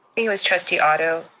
it was trustee otto,